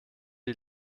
die